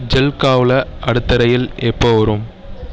ஜில்காவ்வில் அடுத்த ரயில் எப்போ வரும்